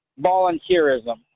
volunteerism